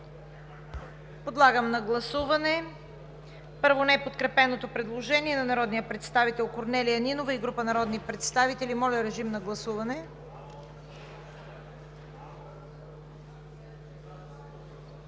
Подлагам на гласуване неподкрепеното предложение на народния представител Корнелия Нинова и група народни представители. Гласували